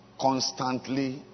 Constantly